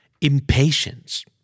Impatience